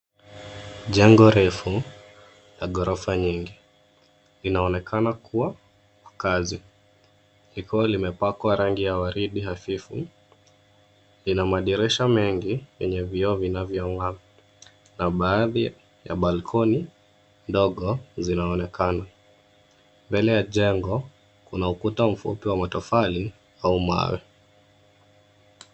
Jengo refu, la ghorofa nyingi. Linaonekana kua makazi, likiwa limepakwa rangi ya waridi hafifu. Lina madirisha mengi, yenye vioo vinavyong'aa, na baadhi ya balkoni ndogo, zinaonekana. Mbele ya jengo, kuna ukuta mfupi wa matofali au mawe.